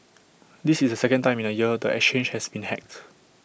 this is the second time in A year the exchange has been hacked